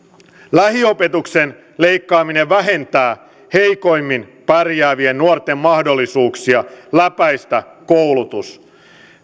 lähiopetuksen leikkaaminen vähentää heikoimmin pärjäävien nuorten mahdollisuuksia läpäistä koulutus